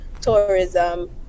tourism